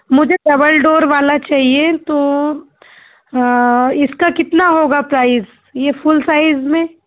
मुझे double door वाला चाहिए यह तो इसका कितना होगा प्राइज ये फुल साइज में